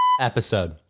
episode